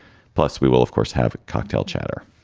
plus, we will, of course, have cocktail chatter.